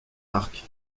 arc